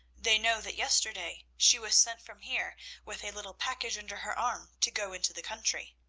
they know that yesterday she was sent from here with a little package under her arm, to go into the country.